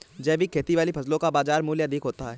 जैविक खेती वाली फसलों का बाज़ार मूल्य अधिक होता है